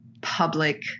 public